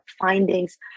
findings